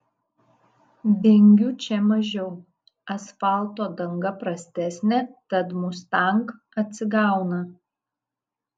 vingių čia mažiau asfalto danga prastesnė tad mustang atsigauna